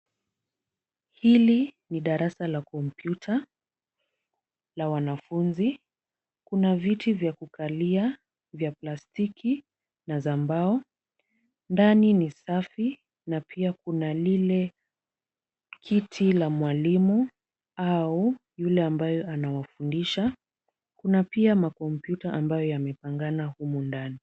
Hili ni darasa la kompyuta la wanafunzi. kuna viti vya kukalia vya plastiki na za mbao. Ndani ni safi na pia kuna lile kiti la mwalimu au yule ambayo anawafundisha. Kuna pia makompyuta ambayo yamepangana humu ndani.